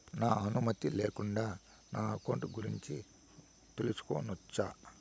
నా అనుమతి లేకుండా నా అకౌంట్ గురించి తెలుసుకొనొచ్చా?